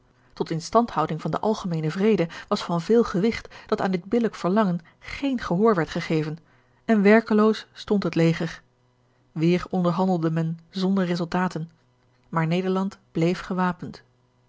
tot instandhouding van den algemeenen vrede was van veel gewigt dat aan dit billijk verlangen geen gehoor werd gegeven en werkeloos stond het leger weêr onderhandelde men zonder resultaten maar nederland bleef gewapend